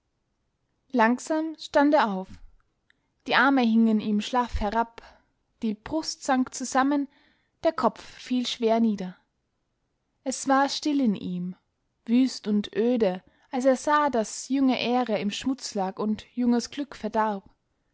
langsam stand er auf die arme hingen ihm schlaff herab die brust sank zusammen der kopf fiel schwer nieder es war still in ihm wüst und öde als er sah daß junge ehre im schmutz lag und junges glück verdarb